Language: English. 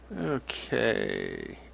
Okay